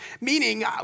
Meaning